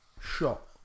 shot